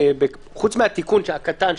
חוץ מהתיקון הקטן,